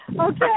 okay